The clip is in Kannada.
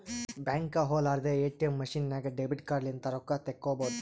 ಬ್ಯಾಂಕ್ಗ ಹೊಲಾರ್ದೆ ಎ.ಟಿ.ಎಮ್ ಮಷಿನ್ ನಾಗ್ ಡೆಬಿಟ್ ಕಾರ್ಡ್ ಲಿಂತ್ ರೊಕ್ಕಾ ತೇಕೊಬೋದ್